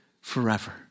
forever